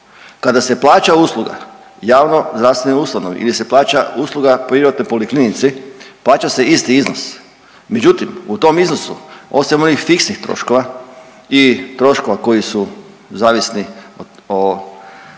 Kada se plaća usluga javnozdravstvenoj ustanovi ili se plaća usluga privatnoj poliklinici plaća se isti iznos. Međutim, u tom iznosu osim onih fiksnih troškova i troškova koji su zavisni o